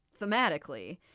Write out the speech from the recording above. thematically